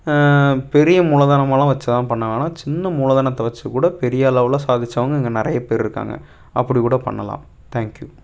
பெரிய மூலதனம் எல்லாம் வச்சி தான் பண்ண வேணா சின்ன மூலதனத்தை வச்சி கூட பெரிய அளவில் சாதிச்சவங்க இங்கே நிறைய பேரிருக்காங்க அப்படி கூட பண்ணலாம் தேங்க்யூ